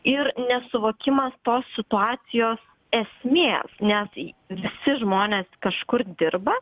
ir nesuvokimas tos situacijos esmės nes į visi žmonės kažkur dirba